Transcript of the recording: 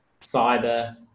cyber